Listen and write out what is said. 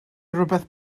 rywbeth